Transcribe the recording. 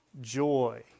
joy